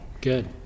Good